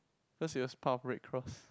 cause it was part of red cross